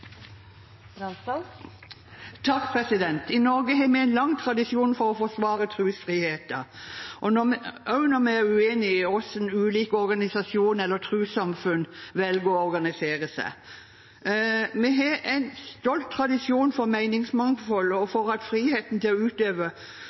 I Norge har vi en lang tradisjon for å forsvare trosfriheten, også når vi er uenig i hvordan ulike organisasjoner eller trossamfunn velger å organisere seg. Vi har en stolt tradisjon for meningsmangfold og